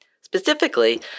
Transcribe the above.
Specifically